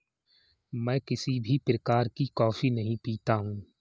मैं किसी भी प्रकार की कॉफी नहीं पीता हूँ